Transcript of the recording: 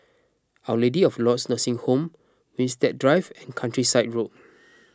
Our Lady of Lourdes Nursing Home Winstedt Drive and Countryside Road